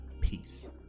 Peace